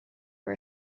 for